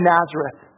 Nazareth